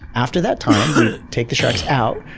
after that time we'd take the sharks out,